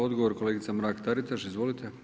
Odgovor kolegica Mrak-Taritaš, izvolite.